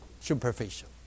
superficial